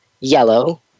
yellow